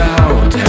out